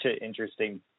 interesting